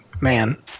man